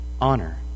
honor